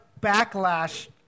backlash